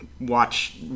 watch